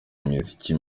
imiziki